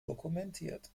dokumentiert